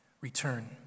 Return